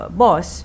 boss